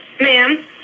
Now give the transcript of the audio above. Ma'am